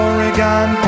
Oregon